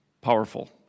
powerful